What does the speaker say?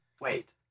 Wait